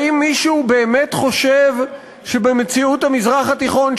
האם מישהו באמת חושב שבמציאות המזרח התיכון,